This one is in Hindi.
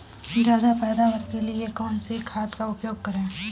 ज्यादा पैदावार के लिए कौन सी खाद का प्रयोग करें?